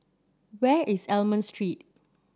where is Almond Street